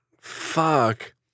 Fuck